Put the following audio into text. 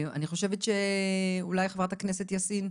אני חושבת שאולי חברת הכנסת יאסין,